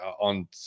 on